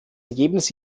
ergebnis